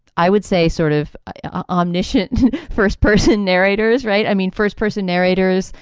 i would say, sort of omniscient first person narrators. right. i mean, first person narrators.